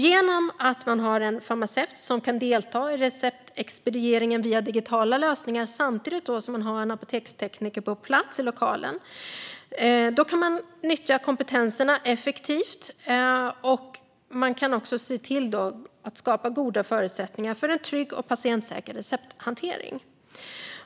Genom att man har en farmaceut som kan delta i receptexpedieringen via digitala lösningar samtidigt som man har en apotekstekniker på plats i lokalen kan kompetenserna nyttjas effektivt och goda förutsättningar skapas för en trygg och patientsäker recepthantering.